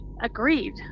agreed